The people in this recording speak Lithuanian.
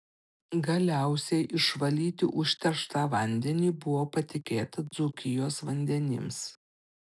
galiausiai išvalyti užterštą vandenį buvo patikėta dzūkijos vandenims